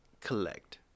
collect